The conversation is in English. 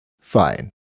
fine